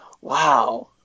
Wow